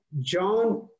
John